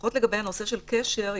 ולפחות לגבי הנושא של קשר,